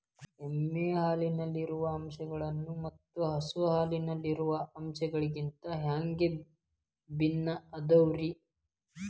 ಎಮ್ಮೆ ಹಾಲಿನಲ್ಲಿರೋ ಅಂಶಗಳು ಮತ್ತ ಹಸು ಹಾಲಿನಲ್ಲಿರೋ ಅಂಶಗಳಿಗಿಂತ ಹ್ಯಾಂಗ ಭಿನ್ನ ಅದಾವ್ರಿ?